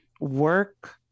Work